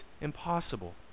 impossible